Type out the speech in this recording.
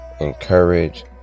encourage